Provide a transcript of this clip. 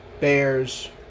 Bears